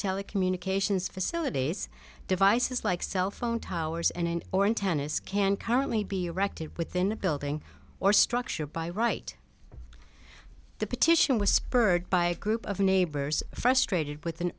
telecommunications facilities devices like cell phone towers and or in tennis can currently be erected within a building or structure by right the petition was spurred by a group of neighbors frustrated with an